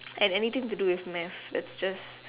and anything to do with math that's just